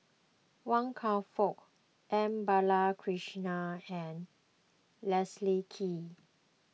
Wan Kam Fook M Balakrishnan and Leslie Kee